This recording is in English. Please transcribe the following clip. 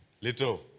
little